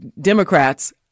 Democrats